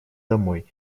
домой